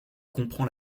comprend